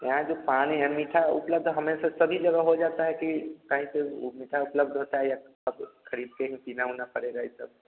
यहाँ जो पानी है मीठा उपलब्ध हमेशा सभी जगह हो जाता है कि कहीं पर वह मीठा उपलब्ध होता या खरीदकर ही पीना उना पड़ेगा यह सब